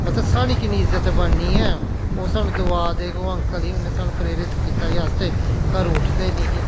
मतलब साढ़ी किन्नी इज्जत बननी ऐ ओह् सानू दूआ देग ओह् अकंल ही उ'न्नै सानू प्रेरित कीता कि अस ते घरूं उठदे निहीं